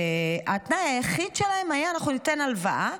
התנאי היחיד שלהם היה: אנחנו ניתן הלוואה,